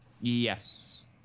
Yes